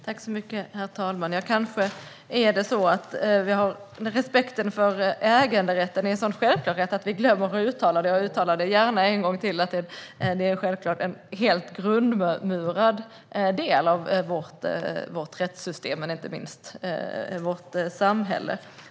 Herr talman! Kanske är det så att respekten för äganderätten är så självklar att vi glömmer att uttala den. Jag uttalar gärna en gång till att äganderätten självklart är en helt grundmurad del av vårt rättssystem och inte minst av vårt samhälle.